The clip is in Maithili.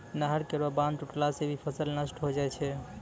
नहर केरो बांध टुटला सें भी फसल नष्ट होय जाय छै